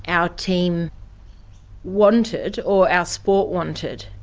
our team wanted or our sport wanted.